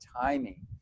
timing